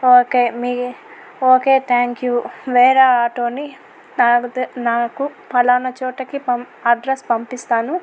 okay మీ okay thank you వేరే auto ని నాకు తే నాకు ఫలానా చోటుకి పం అడ్రస్ పంపిస్తాను